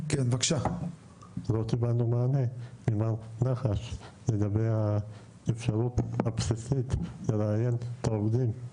לא קיבלנו מענה ממר נקש לאפשרות הבסיסית לראיין את העובדים.